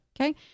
Okay